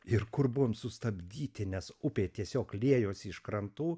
ir kur buvom sustabdyti nes upė tiesiog liejosi iš krantų